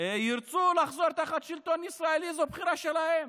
ירצו לחזור תחת שלטון ישראלי, זו בחירה שלהם,